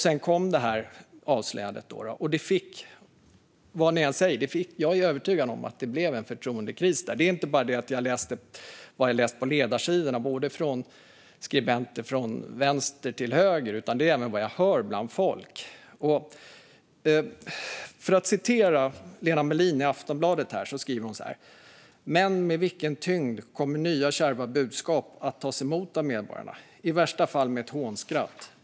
Sedan kom det här avslöjandet. Vad ni än säger är jag övertygad om att det blev en förtroendekris. Jag har inte bara läst vad skribenter från vänster till höger skriver på ledarsidorna, utan det är även vad jag hör bland folk. Jag ska citera vad Lena Mellin skriver i Aftonbladet: "Men med vilken tyngd kommer nya kärva budskap att tas emot av medborgarna? I värsta fall med ett hånskratt.